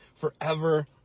forever